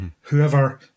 whoever